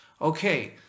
Okay